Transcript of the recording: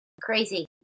crazy